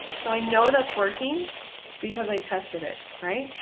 so i know that's working because i tested it right.